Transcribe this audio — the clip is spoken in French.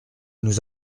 nous